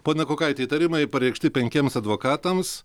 pone kukaiti įtarimai pareikšti penkiems advokatams